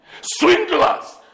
swindlers